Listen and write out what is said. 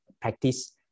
practice